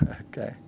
Okay